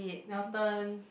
your turn